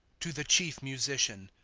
to the chief musician.